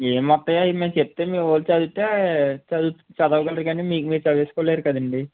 ఏమొస్తాయి అవి మేము చెప్తే మీవాడు చదివితే చదవగ చదవగలడు కాని మీకు మీరు చదివించుకోలేరు కదండీ